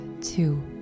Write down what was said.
two